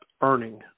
earning